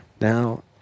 Now